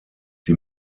die